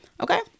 Okay